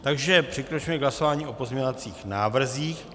Takže přikročíme k hlasování o pozměňovacích návrzích.